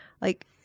like-